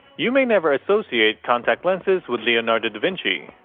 you may never associate contact lenses with leonardo da vinci,